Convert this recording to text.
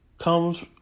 comes